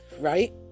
right